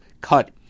cut